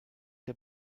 der